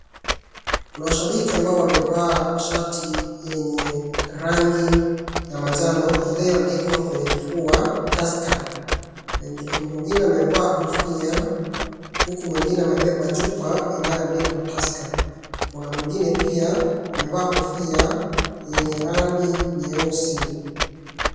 Kuna shabiki amboyo walivaa shati yenye rangi ya majano ilioandikwa kwenye kifua Tusker. Mwingine amevaa kofia huku mwingine amebeba chupa inayoandikwa Tusker. Kuna mwingine pia amevaa kofia yenye rangi nyeusi.